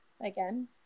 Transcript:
again